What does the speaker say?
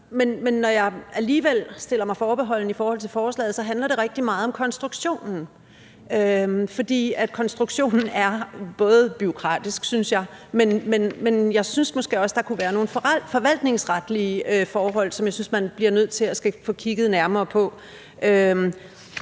men når jeg alligevel stiller mig forbeholden over for forslaget, handler det rigtig meget om konstruktionen. For konstruktionen er bureaukratisk, synes jeg, men jeg synes måske også, der kunne være nogle forvaltningsretlige forhold, man bliver nødt til at få kigget nærmere på.